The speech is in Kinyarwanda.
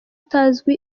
utazwi